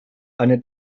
eine